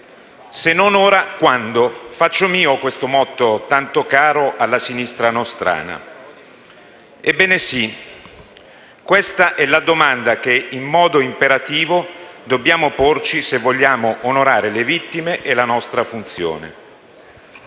«Se non ora quando?». Faccio mio questo motto tanto caro alla sinistra nostrana. Ebbene sì, questa è la domanda che, in modo imperativo, dobbiamo porci se vogliamo onorare le vittime e la nostra funzione.